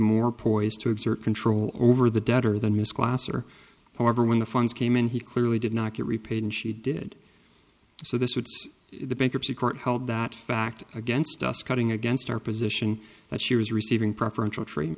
more poised to exert control over the debtor than miss class or whoever when the funds came in he clearly did not get repaid and she did so this was the bankruptcy court held that fact against us cutting against our position that she was receiving preferential tr